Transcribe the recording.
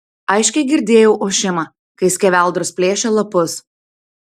aiškiai girdėjau ošimą kai skeveldros plėšė lapus